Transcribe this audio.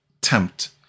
tempt